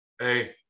Hey